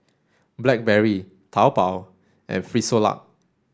Blackberry Taobao and Frisolac